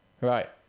right